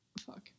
Fuck